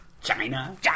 China